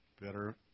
Better